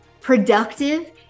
productive